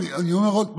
אני אומר עוד פעם,